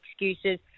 excuses